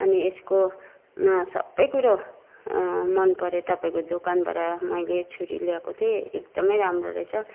अनि यसको सबै कुरो मन पऱ्यो तपाईँको दोकानबाट मैले छुरी ल्याएको थिएँ एकदमै राम्रो रहेछ